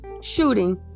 shooting